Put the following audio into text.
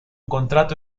contrato